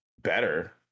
better